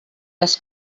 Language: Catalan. les